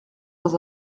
dans